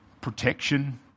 Protection